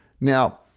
Now